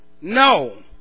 No